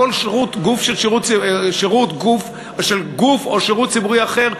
כל גוף או שירות ציבורי אחר,